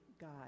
God